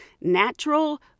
natural